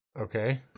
Okay